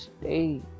stay